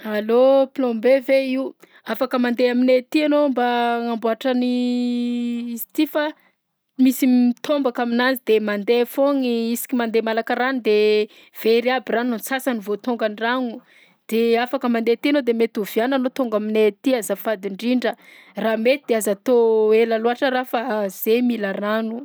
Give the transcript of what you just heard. Allo plombier ve io? Afaka mandeha aminay aty anao mba agnamboatra ny izy ty fa misy m- tombaka aminazy de mandeha foagna isaka mandeha malaka rano de very aby rano, antsasany vao tonga an-dragno? De afaka mandeha aty anao de mety oviàna anao tonga aminay aty azafady indrindra? Raha mety de aza atao ela loatra raha fa zahay mila rano.